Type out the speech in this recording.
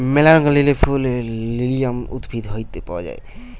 ম্যালা রঙের লিলি ফুল লিলিয়াম উদ্ভিদ হইত পাওয়া যায়